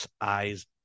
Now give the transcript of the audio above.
eyes